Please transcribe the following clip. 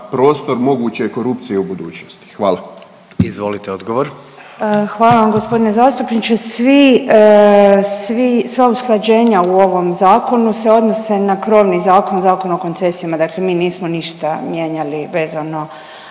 odgovor. **Obuljen Koržinek, Nina (HDZ)** Hvala vam gospodine zastupniče. Sva usklađenja u ovom zakonu se odnose na krovni zakon, Zakon o koncesijama. Dakle, mi nismo ništa mijenjali vezano